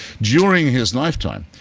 during his lifetime,